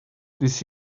this